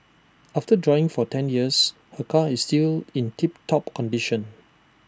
after driving for ten years her car is still in tip top condition